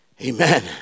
amen